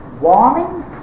warnings